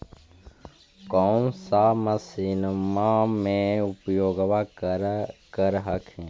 कौन सा मसिन्मा मे उपयोग्बा कर हखिन?